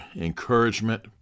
encouragement